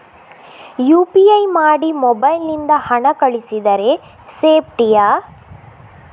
UPI ಮಾಡಿ mobile ನಿಂದ ಹಣ ಕಳಿಸಿದರೆ ಸೇಪ್ಟಿಯಾ?